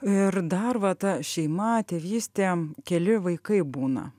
ir dar va ta šeima tėvystė keli vaikai būna